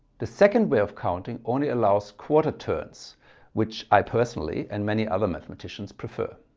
the second way of counting only allows quarter turns which i personally and many other mathematicians prefer.